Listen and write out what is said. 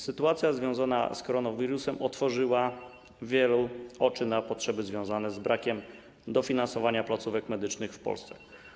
Sytuacja związana z koronawirusem otworzyła wielu oczy na potrzeby związane z brakiem dofinansowania placówek medycznych w Polsce.